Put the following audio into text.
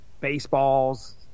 baseballs